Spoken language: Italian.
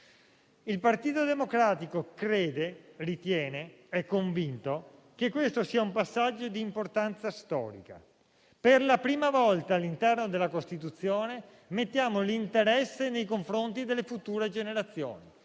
Il Partito Democratico ritiene - è convinto - che questo sia un passaggio di importanza storica: per la prima volta all'interno della Costituzione inseriamo l'interesse nei confronti delle future generazioni.